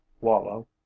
wallow